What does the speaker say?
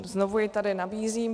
Znovu ji tady nabízím.